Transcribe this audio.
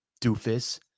doofus